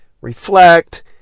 reflect